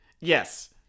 Yes